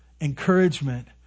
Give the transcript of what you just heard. Encouragement